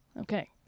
Okay